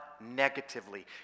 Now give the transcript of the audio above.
negatively